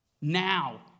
now